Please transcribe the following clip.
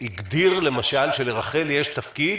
הגדיר, למשל, שלרח"ל יש תפקיד